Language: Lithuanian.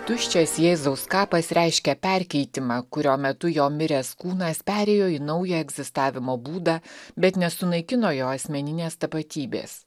tuščias jėzaus kapas reiškia perkeitimą kurio metu jo miręs kūnas perėjo į naują egzistavimo būdą bet nesunaikino jo asmeninės tapatybės